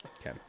okay